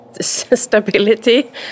stability